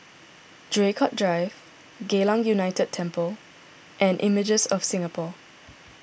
Draycott Drive Geylang United Temple and Images of Singapore